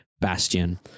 Bastion